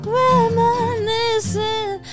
reminiscing